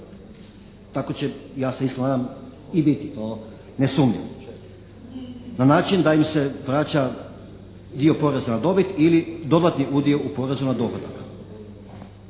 Tako će ja se isto nadam i biti, to ne sumnjam, na način da im se vraća dio poreza na dobit ili dodatni udio u porezu na dohodak.